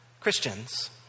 Christians